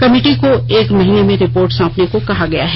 committee को एक महीने में रिपोर्ट सौंपने को कहा गया है